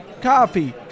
coffee